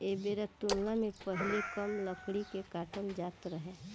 ऐ बेरा तुलना मे पहीले कम लकड़ी के काटल जात रहे